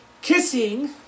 kissing